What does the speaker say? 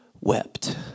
wept